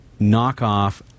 knockoff